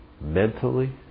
mentally